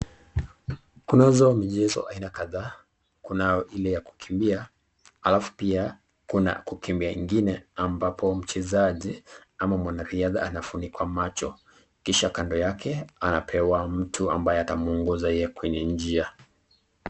Kunazo michezo aina kadhaa kunao ile ya kukimbia alafu pia kuna kukimbia ingine ambapo mchezaji ama mwanariadha anafunikwa macho kisha kando yake anapewa mtu ambaye ataongoza yeye kwenye njia.